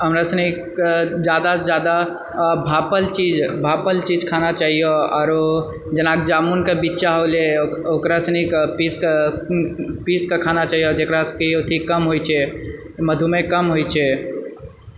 हमरा सनिक जादासँ जादा भाँपल चीज भाँपल चीज खाना चाहीओ आओरो जेना जामुनके बिच्चा होलय ओकरा सनिक पीस कए पीस कए खाना चाहीओ जकरा सनिक अथी कम होइत छै मधुमेह कम होइत छै